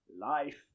life